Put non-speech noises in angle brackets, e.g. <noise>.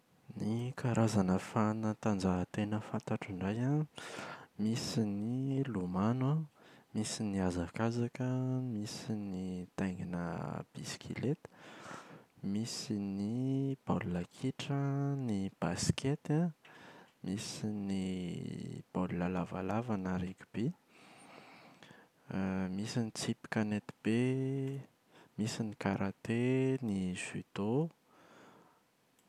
Ny karazana fanatanjahantena fantatro indray an: Misy ny lomano an, misy ny azakazaka an, misy ny taingina bisikileta, misy ny <hesitation> baolina kitra, ny basikety an, misy ny <hesitation> baolina lavalava na rigby, misy ny tsipy kanetibe, misy ny karate, ny judo.